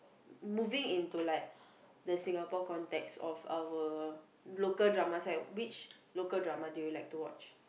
moving into like the Singapore context of our local drama side which local drama do you like to watch